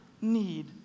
need